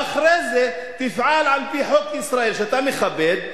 ואחרי זה היא תפעל על-פי חוק ישראל שאתה מכבד,